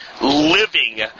living